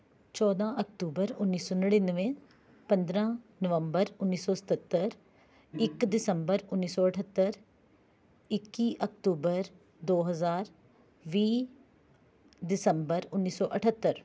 ਚੌਦ੍ਹਾਂ ਅਕਤੂਬਰ ਉਨੀ ਸੌ ਨੜਿਨਵੇਂ ਪੰਦਰਾਂ ਨਵੰਬਰ ਉਨੀ ਸੌ ਸਤੱਤਰ ਇੱਕ ਦਸੰਬਰ ਉਨੀ ਸੌ ਅਠੱਤਰ ਇੱਕੀ ਅਕਤੂਬਰ ਦੋ ਹਜ਼ਾਰ ਵੀਹ ਦਸੰਬਰ ਉਨੀ ਸੌ ਅਠੱਤਰ